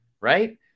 right